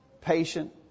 patient